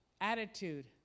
attitude